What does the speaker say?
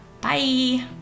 Bye